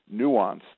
nuanced